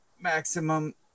maximum